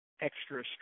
extra